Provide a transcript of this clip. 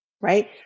right